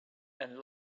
and